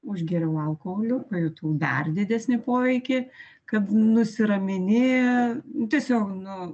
užgėriau alkoholiu pajutau dar didesnį poveikį kad nusiramini tiesiog nu